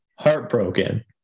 Heartbroken